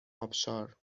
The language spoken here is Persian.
آبشار